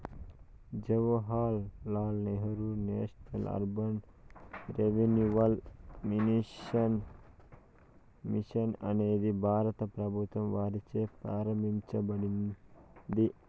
Jawahar Lal Nehru national urban renewal mission అనేది భారత ప్రభుత్వం వారిచే ప్రారంభించబడింది